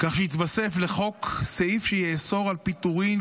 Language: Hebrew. כך שיתווסף לחוק סעיף שיאסור על פיטורים